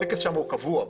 הטקס שם הוא קבוע.